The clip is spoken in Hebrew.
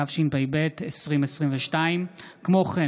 התשפ"ב 2022. כמו כן,